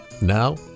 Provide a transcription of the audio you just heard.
Now